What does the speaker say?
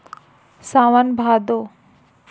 सावन भादो